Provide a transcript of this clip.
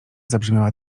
zabrzmiała